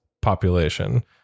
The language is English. population